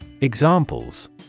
Examples